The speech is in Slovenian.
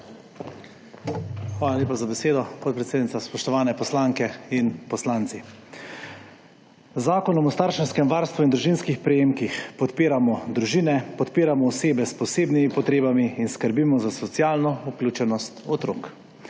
Hvala lepa za besedo, podpredsednica. Spoštovane poslanke in poslanci. Z Zakonom o starševskem varstvu in družinskih prejemkih podpiramo družine, podpiramo osebe s posebnimi potrebami in skrbimo za socialno vključenost otrok.